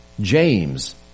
James